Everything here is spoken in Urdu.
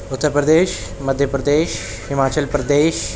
اترپردیش مدھیہ پردیش ہماچل پردیش